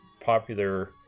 popular